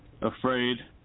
afraid